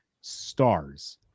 stars